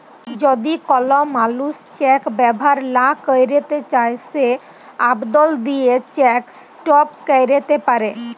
যদি কল মালুস চ্যাক ব্যাভার লা ক্যইরতে চায় সে আবদল দিঁয়ে চ্যাক ইস্টপ ক্যইরতে পারে